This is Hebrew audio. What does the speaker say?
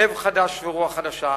"לב חדש ורוח חדשה"